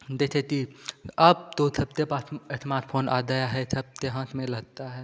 दैथे ति अब तो थबते पाथ एथमात फोन आ दया है थबते हाँथ में लहता है